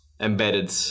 embedded